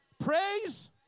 Praise